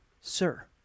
sir